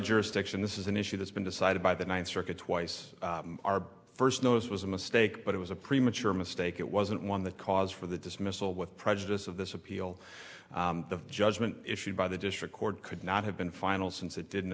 jurisdiction this is an issue that's been decided by the ninth circuit twice our first notice was a mistake but it was a premature mistake it wasn't one the cause for the dismissal with prejudice of this appeal the judgment issued by the district court could not have been final since it didn't